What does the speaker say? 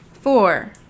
Four